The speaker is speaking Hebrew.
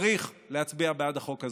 צריך להצביע בעד החוק הזה.